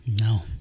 No